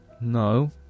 No